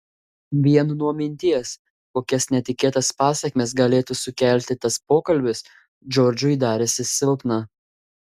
vien nuo minties kokias netikėtas pasekmes galėtų sukelti tas pokalbis džordžui darėsi silpna